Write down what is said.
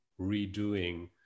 redoing